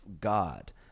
God